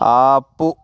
ఆపు